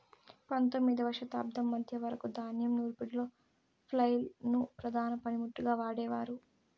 పందొమ్మిదవ శతాబ్దం మధ్య వరకు ధాన్యం నూర్పిడిలో ఫ్లైల్ ను ప్రధాన పనిముట్టుగా వాడేవారు